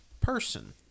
person